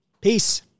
Peace